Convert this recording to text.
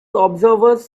observers